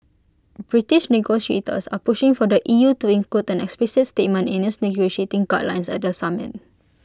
British negotiators are pushing for the E U to include an explicit statement in its negotiating guidelines at the summit